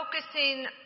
focusing